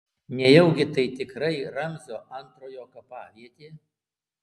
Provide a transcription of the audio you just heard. nejaugi tai tikrai ramzio antrojo kapavietė